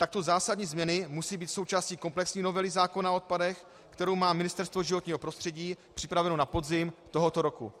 Takto zásadní změny musí být součástí komplexní novely zákona o odpadech, kterou má Ministerstvo životního prostředí připravenu na podzim tohoto roku.